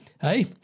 hey